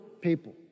people